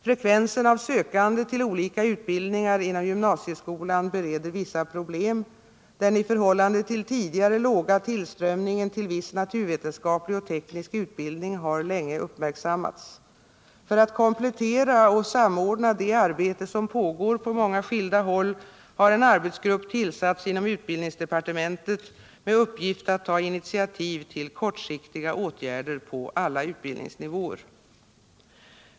Frekvensen av sökande till olika utbildningar inom gymnasieskolan bereder vissa problem. Den i förhållande till tidigare låga tillströmningen till viss naturvetenskaplig och teknisk utbildning har länge uppmärksammats. För att komplettera och samordna det arbete som pågår på många skilda håll har en arbetsgrupp tillsatts inom utbildningsdepartementet med uppgift att ta initiativ till kortsiktiga åtgärder på alla utbildningsnivåer.